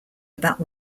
about